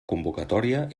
convocatòria